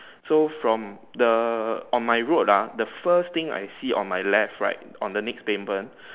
so from the on my road lah the first thing I see on my left right on the next paper